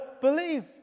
Believe